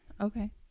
Okay